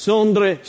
Sondre